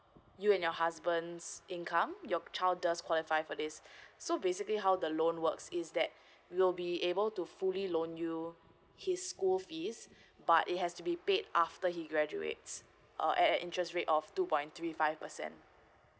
you and your husband's income your child does qualify for this so basically how the loan works is that we will be able to fully loan you his school fees but it has to be paid after he graduates or at a interest rate of two point three five percent